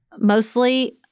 mostly